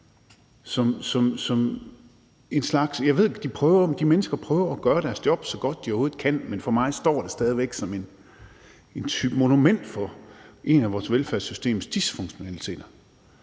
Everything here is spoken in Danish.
Jeg ved, at de mennesker prøver at gøre deres job, så godt de overhovedet kan, men for mig står det stadig væk som en slags monument for en af de dysfunktionelle